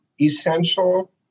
essential